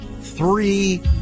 three